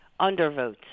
undervotes